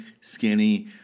skinny